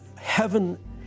Heaven